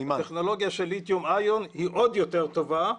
הטכנולוגיה של ליתיום-איון היא עוד יותר טובה,